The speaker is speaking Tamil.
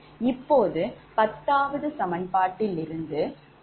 இப்போது பத்தாவது சமன்பாட்டில் இருந்து 10sin𝛿31−cos𝛿31−2